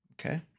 Okay